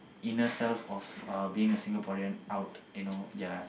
inner self of uh being a Singaporean out you know ya